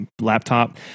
laptop